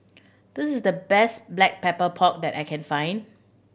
this is the best Black Pepper Pork that I can find